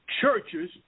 churches